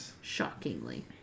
Shockingly